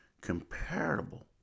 comparable